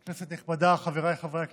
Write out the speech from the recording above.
נכבדה, חבריי חברי הכנסת,